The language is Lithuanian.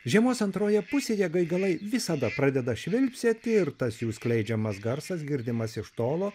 žiemos antroje pusėje gaigalai visada pradeda švilpsioti ir tas jų skleidžiamas garsas girdimas iš tolo